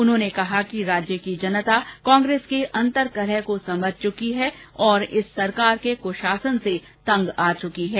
उन्होन कहा कि राज्य की जनता कांग्रेस के अंतर्कलह को समझ चुकी है तथा इस सरकार के कृशासान से तंग आ चुकी है